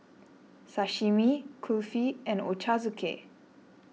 Sashimi Kulfi and Ochazuke